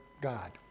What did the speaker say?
God